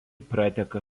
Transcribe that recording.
prateka